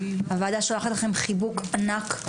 הוועדה שולחת לכם חיבוק ענק,